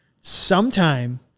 sometime